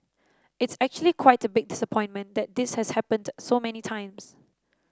it's actually quite a big disappointment that this has happened so many times